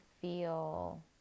feel